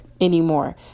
anymore